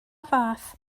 fath